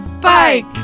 bike